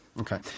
okay